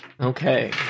Okay